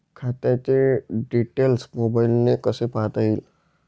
खात्याचे डिटेल्स मोबाईलने कसे पाहता येतील?